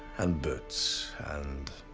and boots, and.